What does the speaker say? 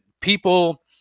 people